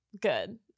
good